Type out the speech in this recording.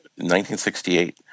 1968